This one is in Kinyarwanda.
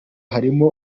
harimo